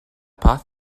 paz